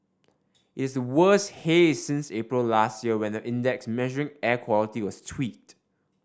it's the worst haze since April last year when the index measuring air quality was tweaked